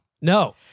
No